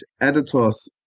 editors